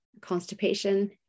constipation